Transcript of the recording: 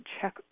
check